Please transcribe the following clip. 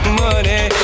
money